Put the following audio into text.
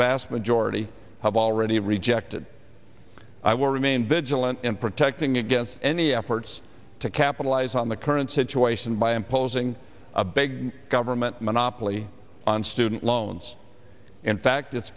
vast majority have already rejected i will remain vigilant in protecting against any efforts to capitalize on the current situation by imposing a big government monopoly on student loans in fact